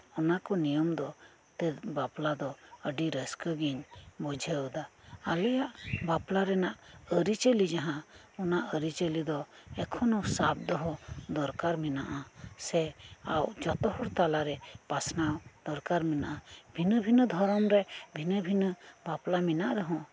ᱚᱱᱟᱠᱚ ᱱᱤᱭᱚᱢ ᱫᱚ ᱵᱟᱯᱞᱟᱫᱚ ᱟᱹᱰᱤ ᱨᱟᱹᱥᱠᱟᱹᱜᱤᱧ ᱵᱩᱡᱷᱟᱹᱣ ᱮᱫᱟ ᱟᱞᱮᱭᱟᱜ ᱵᱟᱯᱞᱟ ᱨᱮᱱᱟᱜ ᱟᱹᱨᱤᱪᱟᱹᱞᱤ ᱡᱟᱦᱟᱸ ᱚᱱᱟ ᱟᱹᱨᱤᱪᱟᱹᱞᱤ ᱫᱚ ᱮᱠᱷᱚᱱᱚ ᱥᱟᱵ ᱫᱚᱦᱚ ᱫᱚᱨᱠᱟᱨ ᱢᱮᱱᱟᱜᱼᱟ ᱥᱮ ᱡᱷᱚᱛᱚᱦᱚᱲ ᱛᱟᱞᱟᱨᱮ ᱯᱟᱥᱱᱟᱣ ᱫᱚᱨᱠᱟᱨ ᱢᱮᱱᱟᱜᱼᱟ ᱵᱷᱤᱱᱟᱹ ᱵᱷᱤᱱᱟᱹ ᱫᱷᱚᱨᱚᱢ ᱨᱮ ᱵᱷᱤᱱᱟᱹ ᱵᱷᱤᱱᱟᱹ ᱵᱟᱯᱞᱟ ᱢᱮᱱᱟᱜ ᱨᱮᱦᱚᱸ